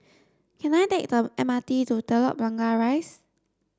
can I take the M R T to Telok Blangah Rise